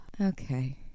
okay